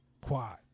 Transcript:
quad